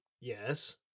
Yes